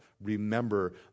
remember